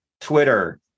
Twitter